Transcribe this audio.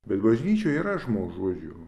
bet bažnyčioj yra žmogžudžių